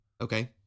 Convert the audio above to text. Okay